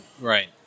Right